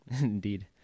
Indeed